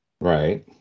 Right